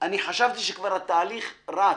אני חשבתי שכבר התהליך רץ,